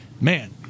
Man